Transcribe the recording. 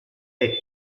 eighth